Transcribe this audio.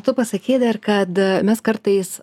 tu pasakei dar kad mes kartais